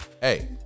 Hey